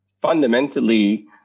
fundamentally